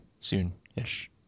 soon-ish